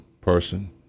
person